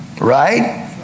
Right